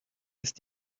ist